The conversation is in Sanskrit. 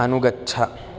अनुगच्छ